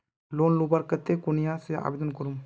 Loan लुबार केते कुनियाँ से आवेदन करूम?